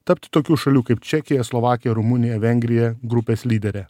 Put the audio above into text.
tapti tokių šalių kaip čekija slovakija rumunija vengrija grupės lydere